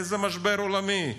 איזה משבר עולמי?